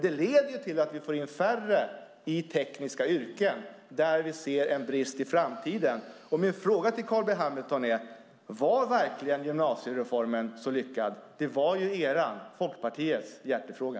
Det leder till att vi får in färre i tekniska yrken där vi ser en brist i framtiden. Min fråga till Carl B Hamilton är: Var verkligen gymnasiereformen så lyckad? Den var ju Folkpartiets hjärtefråga.